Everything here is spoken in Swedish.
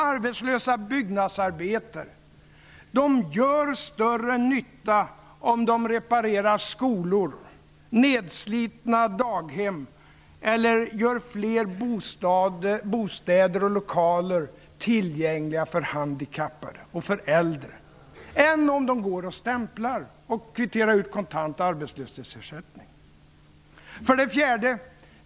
Arbetslösa byggnadsarbetare gör större nytta om de reparerar skolor, rustar upp nedslitna daghem eller gör fler bostäder och lokaler tillgängliga för äldre och handikappade, än om de går och stämplar och kvitterar ut kontant arbetslöshetsersättning. 4.